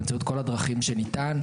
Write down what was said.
באמצעות כל הדרכים שניתן,